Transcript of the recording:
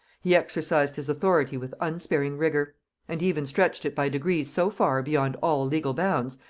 he exercised his authority with unsparing rigor and even stretched it by degrees so far beyond all legal bounds,